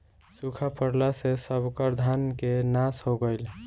सुखा पड़ला से सबकर धान के नाश हो गईल